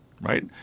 right